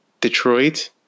Detroit